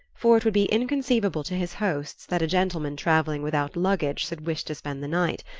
for it would be inconceivable to his hosts that a gentleman travelling without luggage should wish to spend the night,